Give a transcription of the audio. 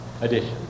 edition